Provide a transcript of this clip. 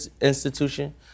institution